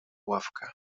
ławkę